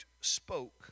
spoke